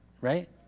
right